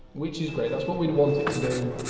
which is great. that's what we'd want it to do,